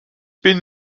bin